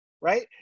right